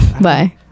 bye